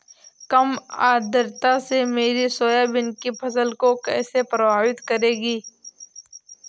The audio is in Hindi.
कम आर्द्रता मेरी सोयाबीन की फसल को कैसे प्रभावित करेगी?